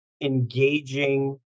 engaging